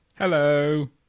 Hello